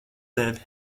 tevi